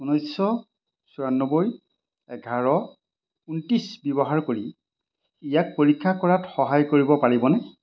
ঊনৈছ চৌৰান্নবৈ এঘাৰ ঊনত্ৰিছ ব্যৱহাৰ কৰি ইয়াক পৰীক্ষা কৰাত সহায় কৰিব পাৰিবনে